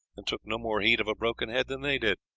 and took no more heed of a broken head than they did.